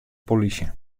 polysje